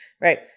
right